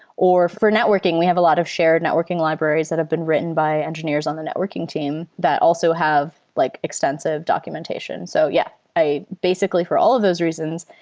or for networking, we have a lot of shared networking libraries that have been written by engineers on the networking team that also have like extensive documentation. so, yeah. basically, for all of those reasons,